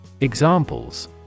Examples